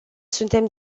suntem